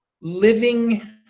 living